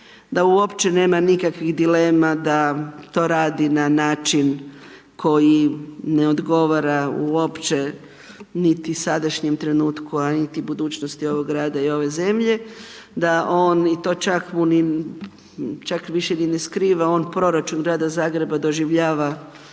da uopće nema nikakvih dilema da to radi na način koji ne odgovara uopće niti sadašnjem trenutku, a niti budućnosti ovog grada i ove zemlje, da on i to čak više ni ne skriva, on proračun Grada Zagreba doživljava